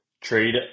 trade